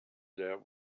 that